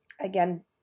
again